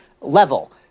level